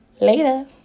Later